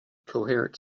coherent